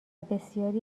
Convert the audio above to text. بسیاری